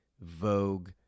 Vogue